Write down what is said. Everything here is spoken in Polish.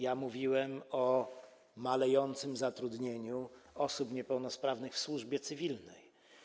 Ja mówiłem o malejącym zatrudnieniu osób niepełnosprawnych w służbie cywilnej.